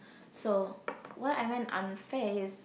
so what I meant unfair is